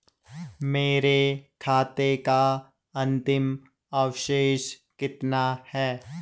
मेरे खाते का अंतिम अवशेष कितना है?